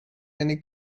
many